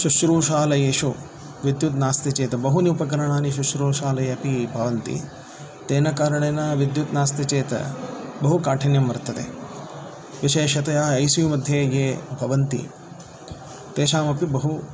शुश्रुषालयेषु विद्युत् नास्ति चेत् बहूनि उपकरणानि शुश्रुषालये अपि भवन्ति तेन कारणेन विद्युत् नास्ति चेत् बहुकाठिन्यं वर्तते विशेषतया ऐ सि यु मध्ये ये भवन्ति तेषामपि बहु